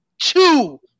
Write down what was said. two